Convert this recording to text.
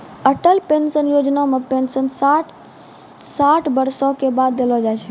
Atal pension Yojana मे pension साठ बरसो के बाद देलो जाय छै